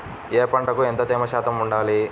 ఏ పంటకు ఎంత తేమ శాతం ఉండాలి?